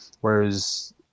whereas